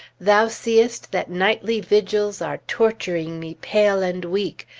thou seest that nightly vigils are torturing me pale and weak,